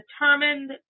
determined